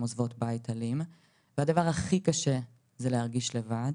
עוזבות בית אלים והדבר שהכי קשה להן שזה להרגיש לבד,